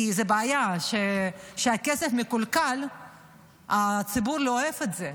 זו בעיה, כשהכסף מקולקל הציבור לא אוהב את זה.